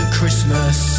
Christmas